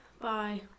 bye